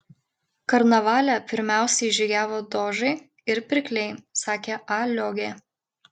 karnavale pirmiausiai žygiavo dožai ir pirkliai sakė a liogė